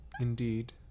indeed